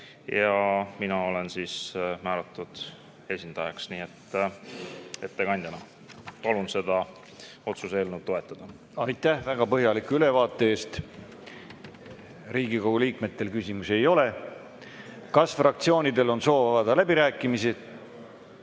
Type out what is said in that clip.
ja mina olen määratud esindajaks ettekandjana. Palun seda otsuse eelnõu toetada. Aitäh väga põhjaliku ülevaate eest! Riigikogu liikmetel küsimusi ei ole. Kas fraktsioonidel on soovi avada läbirääkimisi?